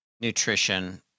nutrition